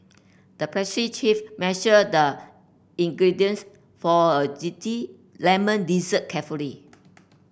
the pastry chef measured the ingredients for a zesty lemon dessert carefully